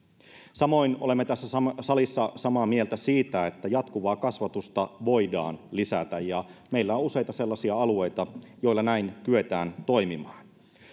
samoin olemme tässä salissa samaa mieltä siitä että jatkuvaa kasvatusta voidaan lisätä meillä on useita sellaisia alueita joilla näin kyetään toimimaan